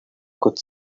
could